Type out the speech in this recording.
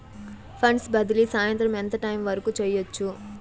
funds బదిలీ సాయంత్రం ఎంత టైము వరకు చేయొచ్చు